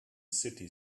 city